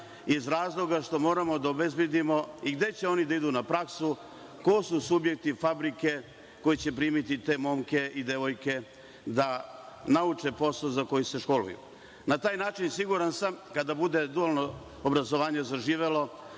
iz razloga što moramo da obezbedimo i gde će oni da idu na praksu, ko su subjekti fabrike koji će primiti te momke i devojke da nauče posao za koji se školuju? Na taj način, siguran sam, kada bude dualno obrazovanje zaživelo,